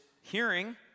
hearing